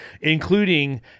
including